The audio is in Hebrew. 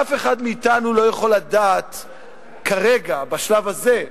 שאף אחד מאתנו לא יכול לדעת כרגע, בשלב הזה,